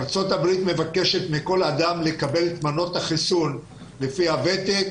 ארצות הברית מבקשת מכל אדם לקבל את מנות החיסון לפי הוותק,